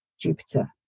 Jupiter